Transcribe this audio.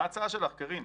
מה ההצעה שלך, קארין?